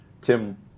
Tim